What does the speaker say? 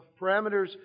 parameters